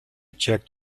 check